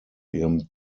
ihrem